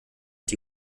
die